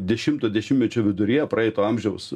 dešimto dešimtmečio viduryje praeito amžiaus